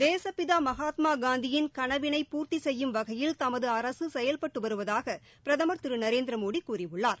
தேசபிதா மகாத்மா காந்தியின் கனவினை பூர்த்தி செய்யும் வகையில் தமது அரசு செயல்பட்டு வருவதாக பிரதமர் திரு நரேந்திர மோடி கூறியுள்ளார்